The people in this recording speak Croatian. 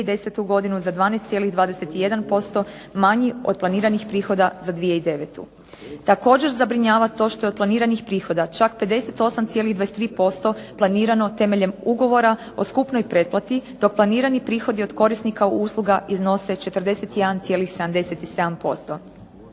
godinu za 12,21% manji od planiranih prihoda za 2009. Također zabrinjava to što je od planiranih prihoda čak 58,23% planirano temeljem ugovora o skupnoj pretplati dok planirani prihodi od korisnika usluga iznose 41,77%.